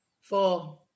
Four